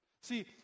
See